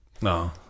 no